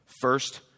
First